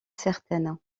certaine